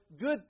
good